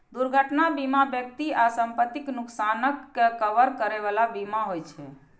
दुर्घटना बीमा व्यक्ति आ संपत्तिक नुकसानक के कवर करै बला बीमा होइ छे